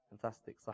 fantastic